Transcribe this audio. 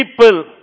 people